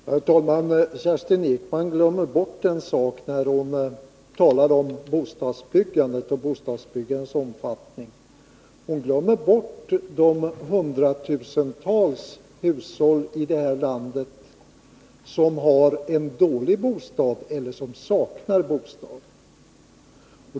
Herr talman! Kerstin Ekman glömmer bort en sak, när hon talar om bostadsbyggandet och dess omfattning. Hon glömmer bort de hundratusentals hushåll i detta land som har en dålig bostad eller saknar bostad.